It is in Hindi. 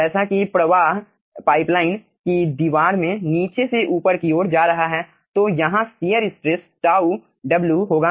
जैसा कि प्रवाह पाइपलाइन की दीवार में नीचे से ऊपर की ओर जा रहा है तो यहां शियर स्ट्रेस Tauw होगा